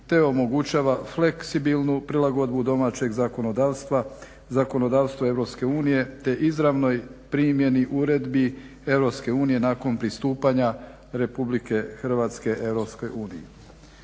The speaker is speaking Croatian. te omogućava fleksibilnu prilagodbu domaćeg zakonodavstva zakonodavstvu Europske unije te izravnoj primjeni uredbi Europske unije nakon pristupanja Republike Hrvatske